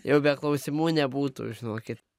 jau be klausimų nebūtų žinokit